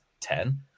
ten